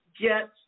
get